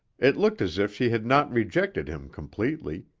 it looked as if she had not rejected him completely,